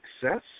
success